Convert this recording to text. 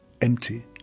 empty